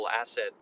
asset